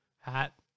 hat